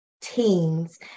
teens